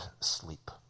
sleep